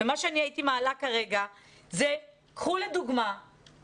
יש דבר אותו אני הייתי מעלה כרגע.